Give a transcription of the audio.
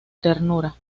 ternura